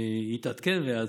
אני אתעדכן ואעדכן.